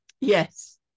Yes